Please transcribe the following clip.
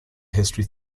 history